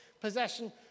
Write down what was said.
possession